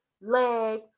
leg